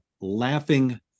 Laughing